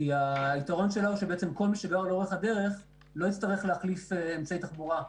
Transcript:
כי היתרון שלה הוא שכל מי שגר לאורך הדרך לא יצטרך להחליף אמצעי תחבורה.